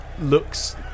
looks